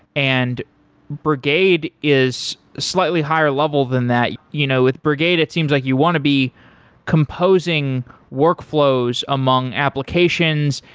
and brigade is slightly higher level than that. you know with brigade, it seems like you want to be composing workflows among applications,